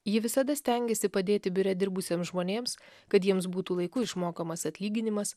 ji visada stengėsi padėti biure dirbusiems žmonėms kad jiems būtų laiku išmokamas atlyginimas